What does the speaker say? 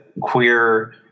queer